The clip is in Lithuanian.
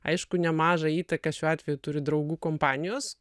aišku nemažą įtaką šiuo atveju turi draugų kompanijos